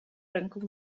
ręką